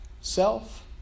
self